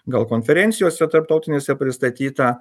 gal konferencijose tarptautinėse pristatyta